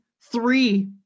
three